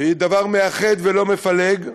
והיא דבר מאחד ולא מפלג,